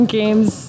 games